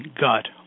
gut